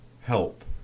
help